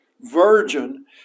virgin